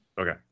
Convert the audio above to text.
Okay